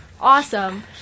Awesome